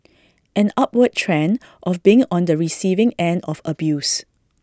an upward trend of being on the receiving end of abuse